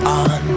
on